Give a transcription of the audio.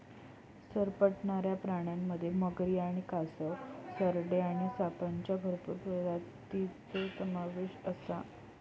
सरपटणाऱ्या प्राण्यांमध्ये मगरी आणि कासव, सरडे आणि सापांच्या भरपूर प्रजातींचो समावेश आसा